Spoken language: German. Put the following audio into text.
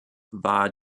war